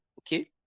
okay